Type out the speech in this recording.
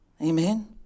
Amen